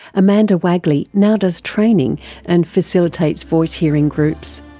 amanda waegeli now does training and facilitates voice-hearing groups.